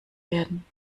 werden